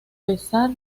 pesar